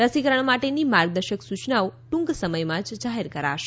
રસીકરણ માટેની માર્ગદર્શક સૂચનાઓ ટૂંક સમયમાં જ જાહેર કરાશે